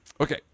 Okay